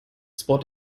spot